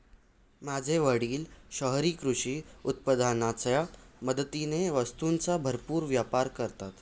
माझे वडील शहरी कृषी उत्पादनाच्या मदतीने वस्तूंचा भरपूर व्यापार करतात